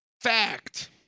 fact